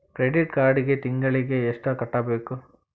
credit ಕಾರ್ಡಿಗಿ ತಿಂಗಳಿಗಿ ಎಷ್ಟ ಕಟ್ಟಬೇಕ